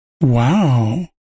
Wow